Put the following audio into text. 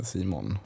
Simon